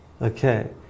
Okay